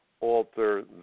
alter